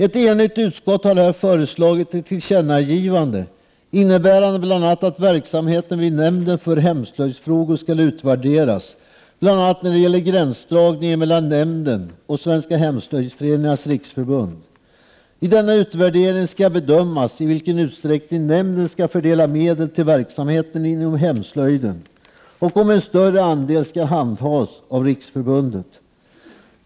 Ett enigt utskott har här föreslagit ett tillkännagivande innebärande bl.a. att verksamheten vid nämnden för hemslöjdsfrågor skall utvärderas, bl.a. när det gäller gränsdragning mellan nämnden och Svenska hemslöjdsföreningarnas riksförbund. I denna utvärdering skall bedömas i vilken utsträckning nämnden skall fördela medel till verksamheter inom hemslöjden och om en större andel skall handhas av riksförbundet.